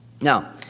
Now